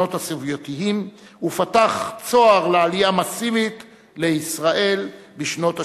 השלטונות הסובייטיים ופתח צוהר לעלייה מסיבית לישראל בשנות ה-70.